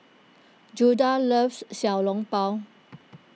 Judah loves Xiao Long Bao